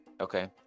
Okay